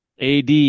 AD